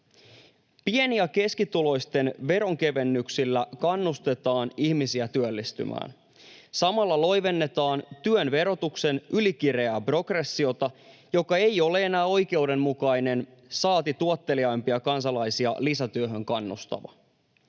Pieni- ja keskituloisten veronkevennyksillä kannustetaan ihmisiä työllistymään. Samalla loivennetaan työn verotuksen ylikireää progressiota, joka ei ole enää oikeudenmukainen, saati tuotteliaimpia kansalaisia lisätyöhön kannustava.